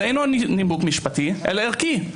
זה אינו נימוק משפטי אלא ערכי.